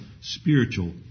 spiritual